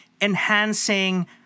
enhancing